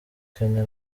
kenya